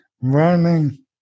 running